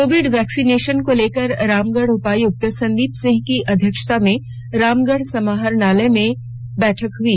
Covid vaccination को लेकर रामगढ़ उपायुक्त संदीप सिंह की अध्यक्षता में रामगढ़ समाहरणालय के सभागार में बैठक हुई